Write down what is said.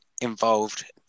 involved